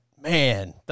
man